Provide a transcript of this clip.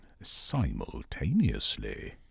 simultaneously